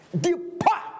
depart